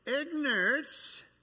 ignorance